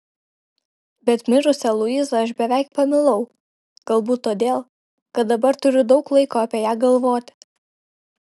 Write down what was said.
bet mirusią luizą aš beveik pamilau galbūt todėl kad dabar turiu daug laiko apie ją galvoti